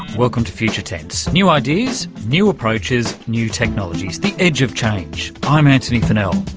welcome to future tense new ideas, new approaches, new technologies, the edge of change. i'm antony funnell.